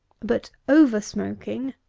but over smoking,